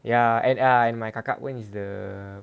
ya and I and my kakak wen is the